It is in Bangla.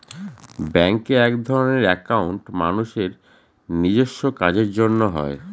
ব্যাঙ্কে একধরনের একাউন্ট মানুষের নিজেস্ব কাজের জন্য হয়